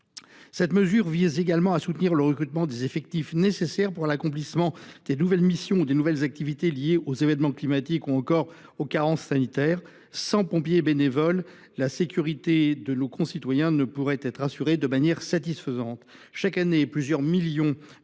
Cette mesure vise également à soutenir le recrutement des effectifs nécessaires à l’accomplissement des nouvelles missions ou activités liées aux événements climatiques ou encore aux carences sanitaires. Sans pompiers bénévoles, la sécurité de nos concitoyens ne pourrait être assurée de manière satisfaisante, alors que chaque année plusieurs millions de Français